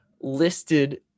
listed